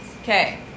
Okay